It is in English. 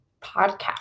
podcast